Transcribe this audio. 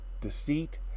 deceit